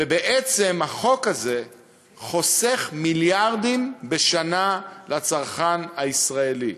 ובעצם החוק הזה זה חוסך מיליארדים בשנה לצרכן הישראלי.